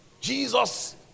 Jesus